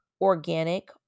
organic